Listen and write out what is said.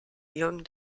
young